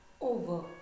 over